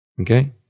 Okay